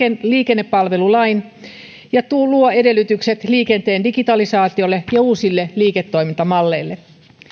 liikennepalvelulain ja luo edellytykset liikenteen digitalisaatiolle ja uusille liiketoimintamalleille